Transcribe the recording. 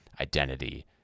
identity